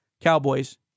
Cowboys